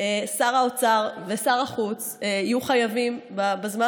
שר האוצר ושר החוץ יהיו חייבים בזמן